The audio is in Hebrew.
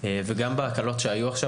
וגם בהקלות שהיו עכשיו.